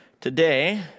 today